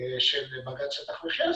של בג"ץ שטח המחייה.